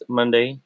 monday